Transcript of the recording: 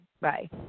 bye